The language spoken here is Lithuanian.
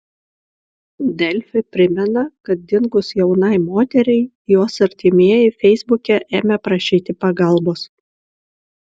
delfi primena kad dingus jaunai moteriai jos artimieji feisbuke ėmė prašyti pagalbos